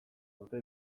dute